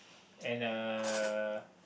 and uh